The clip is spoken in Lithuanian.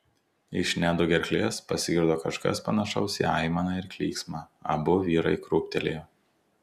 iš nedo gerklės pasigirdo kažkas panašaus į aimaną ir klyksmą abu vyrai krūptelėjo